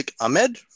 Ahmed